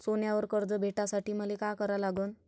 सोन्यावर कर्ज भेटासाठी मले का करा लागन?